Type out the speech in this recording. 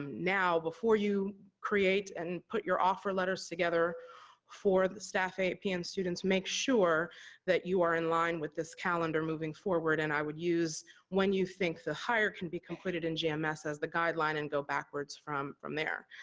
now, before you create and put your offer letters together for the staff aap and students, make sure that you are in line with this calendar moving forward, and i would use when you think the hire can be completed in gms as the guideline, and go backwards from from there.